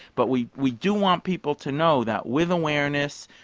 but we we do want people to know that with awareness,